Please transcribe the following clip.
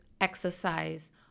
exercise